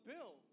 Bill